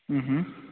ம் ம்